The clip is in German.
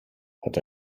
hat